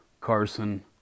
Carson